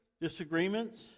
disagreements